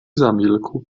zamilkł